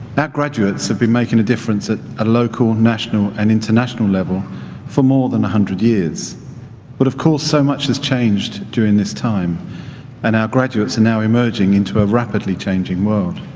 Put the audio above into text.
that graduates have been making a difference at a local, national and international level for more than a hundred years but of course so much has changed during this time and our graduates are and now emerging into a rapidly changing world.